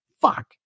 Fuck